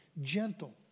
gentle